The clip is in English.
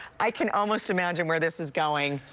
i can almost imagine where this is going.